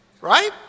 Right